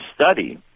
study